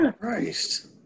Christ